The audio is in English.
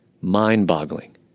mind-boggling